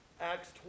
Acts